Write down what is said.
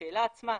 שהשאלה עצמה: